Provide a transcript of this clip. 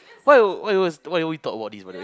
why why always why we always talk about this